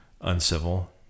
Uncivil